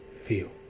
feel